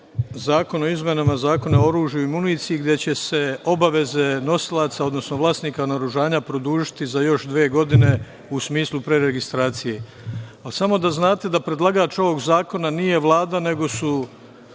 zakon o izmenama Zakona o oružju i municiji, gde će se obaveze nosilaca, odnosno vlasnika naoružanja produžiti za još dve godine, u smislu preregistracije. Ali, samo da znate da predlagač ovog zakona nije Vlada, nego su